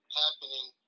happening